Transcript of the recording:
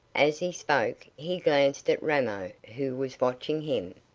as he spoke, he glanced at ramo, who was watching him.